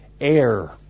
air